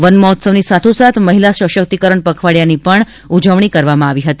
one મહોત્સવની સાથો સાથ મહિલા સશક્તિકરણ પખવાડીયાની ઉજવણી કરવામાં આવી હતી